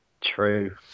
True